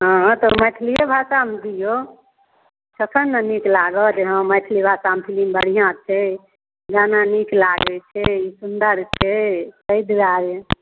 हँ तऽ मैथिलिए भाषामे दिऔ तखन ने नीक लागत हँ मैथिली भाषामे फिलिम बढ़िआँ छै गाना नीक लागैत छै सुंदर छै एहि दुआरे